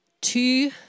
Two